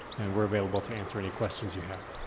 and we're available to answer any questions you have.